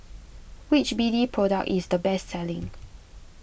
which B D product is the best selling